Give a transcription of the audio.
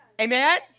Amen